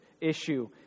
issue